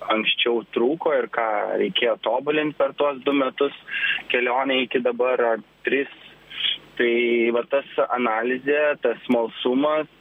anksčiau trūko ir ką reikėjo tobulint per tuos du metus kelionei iki dabar tris štai va tas analizė tas smalsumas